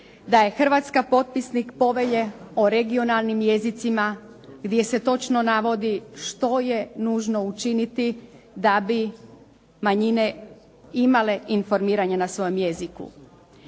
Da je Hrvatska potpisnik Povelje o regionalnim jezicima, gdje se točno navodi što je nužno učiniti da bi manjine imale informiranje na svom jeziku.